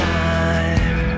time